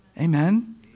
Amen